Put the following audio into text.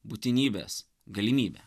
būtinybės galimybė